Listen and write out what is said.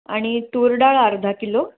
आणि तूरडाळ अर्धा किलो